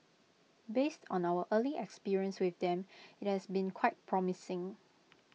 based on our early experience with them it's been quite promising